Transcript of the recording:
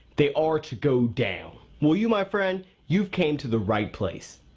they are to go down. well you, my friend, you've came to the right place.